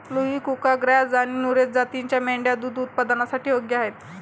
लुही, कुका, ग्राझ आणि नुरेझ जातींच्या मेंढ्या दूध उत्पादनासाठी योग्य आहेत